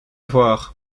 voir